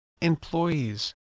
employees